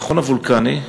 מכון וולקני,